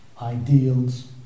ideals